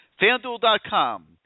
FanDuel.com